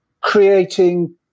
creating